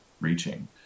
reaching